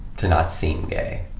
to not seem gay,